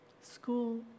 School